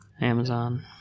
Amazon